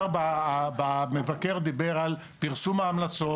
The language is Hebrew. המבקר דיבר על פרסום ההמלצות.